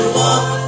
walk